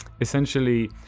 Essentially